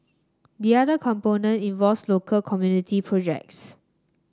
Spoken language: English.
the other component involves local community projects